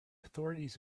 authorities